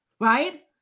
right